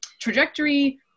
trajectory